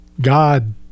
God